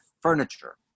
furniture